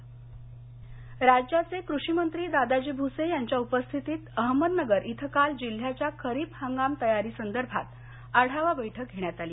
बैठक अहमदनगर राज्याचे कृषीमंत्री दादाजी भूसे यांच्या उपस्थितीत अहमदनगर इथं काल जिल्ह्याच्या खरीप हंगाम तयारी संदर्भात आढावा बैठक घेण्यात आली